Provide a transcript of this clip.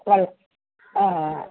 ആ